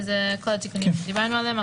אלה כל התיקונים שדיברנו עליהם.